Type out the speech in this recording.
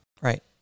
Right